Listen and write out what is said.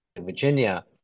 Virginia